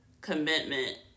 commitment